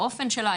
האופן שלה,